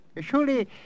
Surely